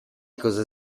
cosa